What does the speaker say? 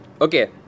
Okay